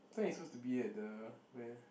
I thought you supposed to be at the where